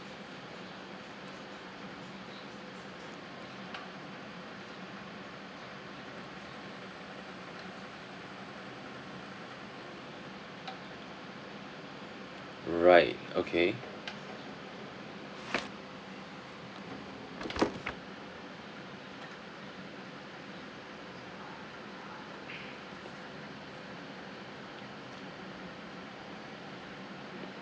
right okay